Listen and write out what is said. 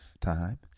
Time